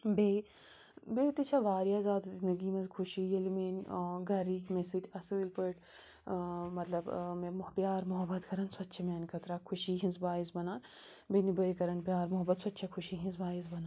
بیٚیہِ بیٚیہِ تہِ چھےٚ واریاہ زیادٕ زِندگی منٛز خوشی ییٚلہِ میٛٲنۍ گَرٕکۍ مےٚ سۭتۍ اَصۭل پٲٹھۍ مطلب مےٚ مح پیار محبت کَران سۄ تہِ چھےٚ میٛانہِ خٲطرٕ اَکھ خوشی ہِنٛز باعث بَنان بیٚنہِ بٲے کَرَن پیار محبت سۄ تہِ چھےٚ خوشی ہِنٛز باعث بَنان